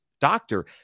doctor